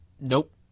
Nope